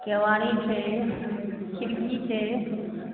केवारी छै खिड़की छै